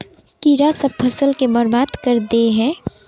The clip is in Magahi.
कीड़ा सब फ़सल के बर्बाद कर दे है?